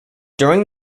during